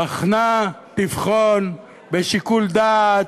"בחנה", "תבחן", "בשיקול דעת",